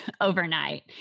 overnight